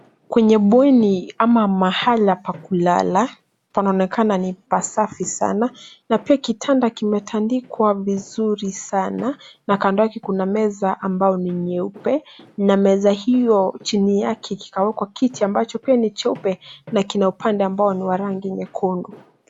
Kwenye bweni au mahali pa kulala panaonekana ni pasafi sana, na pia kitanda kimetandikwa vizuri sana na kando yake kuna meza ambayo ni nyeupe na meza hiyo chini yake kikawekwa kiti ambacho pia ni jeupe na kina upande ambao ni wa rangi nyekundu.